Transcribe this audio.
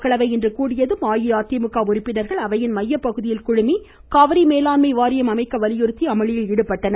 மக்களவை இன்று கூடியதும் அஇஅதிமுக உறுப்பினர்கள் அவையின் மையப்பகுதியில் குழுமி காவிரி மேலாண்மை வாரியம் அமைக்க வலியுறுத்தி அமளியில் ஈடுபட்டனர்